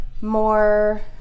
more